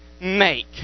make